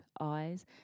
eyes